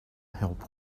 help